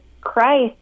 Christ